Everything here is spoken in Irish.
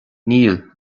níl